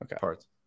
parts